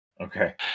Okay